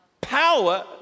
Power